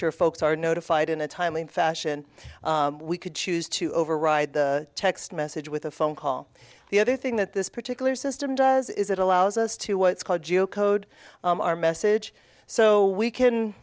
sure folks are notified in a timely fashion we could choose to override the text message with a phone call the other thing that this particular system does is it allows us to what's called geo code our message so we can